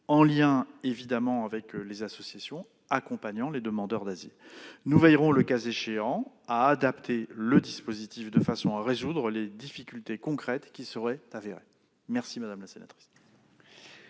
en lien évidemment avec les associations accompagnant les demandeurs d'asile. Nous veillerons, le cas échéant, à adapter le dispositif de façon à résoudre les difficultés concrètes qui seraient avérées. La parole